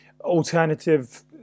alternative